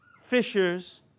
fishers